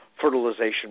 fertilization